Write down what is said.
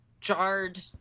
jarred